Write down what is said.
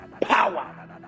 power